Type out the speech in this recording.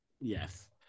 Yes